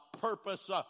purpose